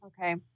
okay